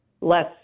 less